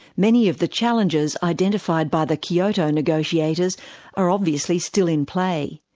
many of the challenges identified by the kyoto negotiators are obviously still in play.